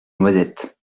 noisettes